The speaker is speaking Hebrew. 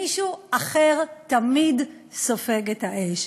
מישהו אחר תמיד סופג את האש,